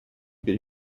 could